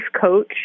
coach